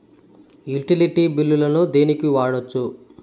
Utility బిల్లులను దేనికి వాడొచ్చు?